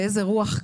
ואיזו רוח קרב,